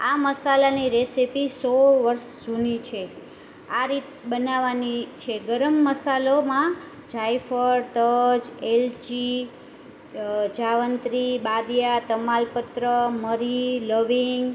આ મસાલાની રેસેપિ સો વર્ષ જૂની છે આ રીત બનાવાની છે ગરમ મસાલોમાં જાયફળ તજ એલચી જાવંત્રી બાંડિયાં તમાલ પત્ર મરી લવિંગ